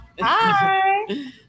Hi